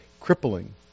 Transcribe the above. crippling